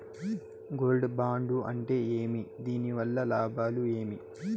Gold bond అంటే ఏమి? దీని వల్ల లాభాలు ఏమి?